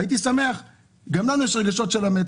גם לנו יש רגשות של המת,